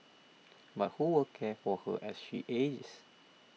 but who will care for her as she ages